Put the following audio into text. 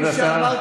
נו, באמת.